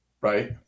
right